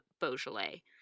Beaujolais